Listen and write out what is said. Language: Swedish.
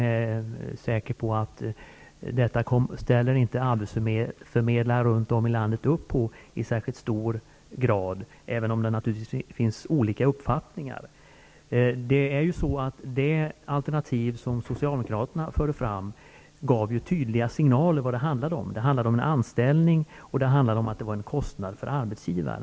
Jag är t.o.m. säker på att arbetsförmedlare runt om i landet inte ställer upp på detta i särskilt hög grad, även om det naturligtvis finns olika uppfattningar. Det alternativ Socialdemokraterna förde fram gav tydliga signaler om vad det handlade om. Det handlade om en anställning, och det handlade om att det var en kostnad för arbetsgivaren.